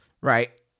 Right